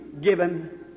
given